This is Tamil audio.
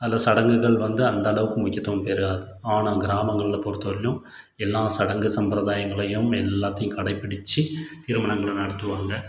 அந்த சடங்குகள் வந்து அந்த அளவுக்கு முக்கியத்துவம் பெறாது ஆனால் கிராமங்களில் பொருத்தவரையும் எல்லா சடங்கு சம்பிரதாயங்களையும் எல்லாத்தையும் கடைப்பிடித்து திருமணங்கள் நடத்துவாங்க